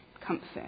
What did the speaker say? comfort